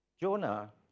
Jonah